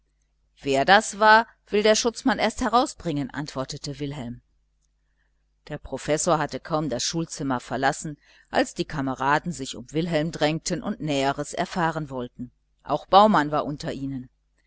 wer das war will der schutzmann erst herausbringen antwortete wilhelm der professor hatte kaum das schulzimmer verlassen als alle kameraden sich um wilhelm drängten und näheres erfahren wollten auch baumann war unter ihnen